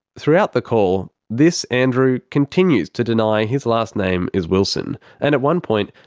throughout the call, this andrew continues to deny his last name is wilson and at one point,